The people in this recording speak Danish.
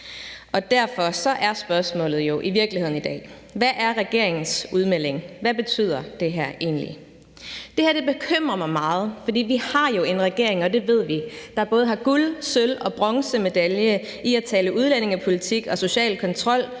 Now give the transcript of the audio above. Derfor er spørgsmålet jo i virkeligheden i dag: Hvad er regeringens udmelding? Hvad betyder det her egentlig? Det her bekymrer mig meget, for vi har jo en regering, og det ved vi, der har både guld-, sølv- og bronzemedalje i at tale udlændingepolitik og social kontrol,